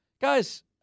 Guys